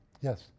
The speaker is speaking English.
Yes